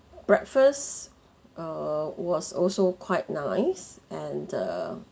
breakfast err was also quite nice and uh